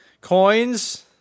Coins